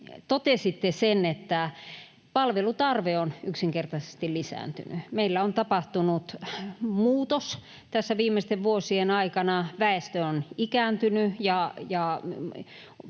totesitte sen, että palvelutarve on yksinkertaisesti lisääntynyt. Meillä on tapahtunut muutos tässä viimeisten vuosien aikana. Väestö on ikääntynyt,